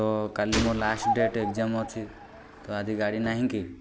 ତ କାଲି ମୋ ଲାଷ୍ଟ ଡେଟ୍ ଏଗଜାମ୍ ଅଛି ତ ଆଜି ଗାଡ଼ି ନାହିଁ କି